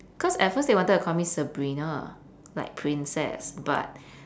cause at first they wanted to call me sabrina like princess but